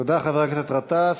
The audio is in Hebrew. תודה, חבר הכנסת גטאס.